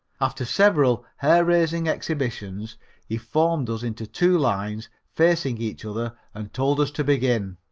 after several hair-raising exhibitions he formed us into two lines facing each other and told us to begin.